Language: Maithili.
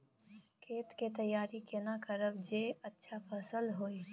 खेत के तैयारी केना करब जे अच्छा फसल होय?